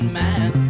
man